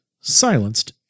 silenced